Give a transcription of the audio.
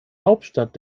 hauptstadt